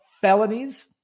felonies